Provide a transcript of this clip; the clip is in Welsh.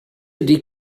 ydy